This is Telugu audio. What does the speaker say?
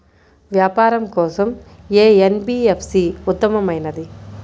వ్యాపారం కోసం ఏ ఎన్.బీ.ఎఫ్.సి ఉత్తమమైనది?